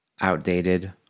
outdated